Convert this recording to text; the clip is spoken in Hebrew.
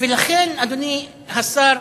אדוני השר,